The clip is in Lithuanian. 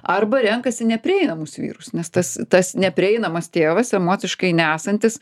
arba renkasi neprieinamus vyrus nes tas tas neprieinamas tėvas emociškai nesantis